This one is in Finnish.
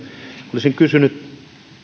olisin kysynyt